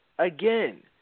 Again